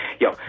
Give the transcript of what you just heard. yo